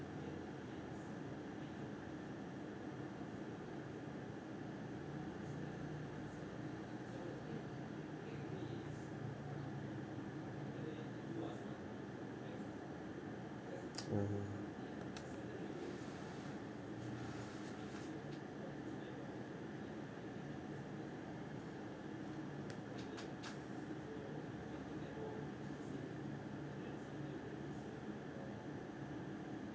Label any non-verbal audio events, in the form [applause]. [noise] (uh huh)